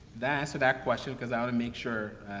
that answer that question? cause i wanna make sure, ah,